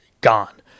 gone